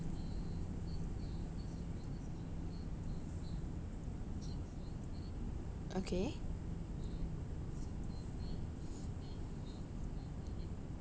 okay